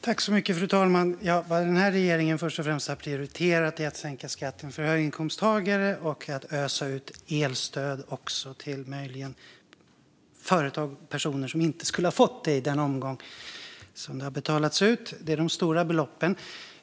Fru talman! Vad den här regeringen först och främst har prioriterat är att sänka skatten för höginkomsttagare och att ösa ut elstöd till företag och personer som möjligen inte skulle ha fått det i den omgång som har betalats ut. Det är de stora beloppen.